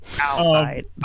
outside